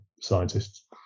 scientists